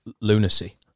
lunacy